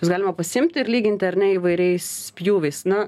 bus galima pasiimti ir lyginti ar ne įvairiais pjūviais na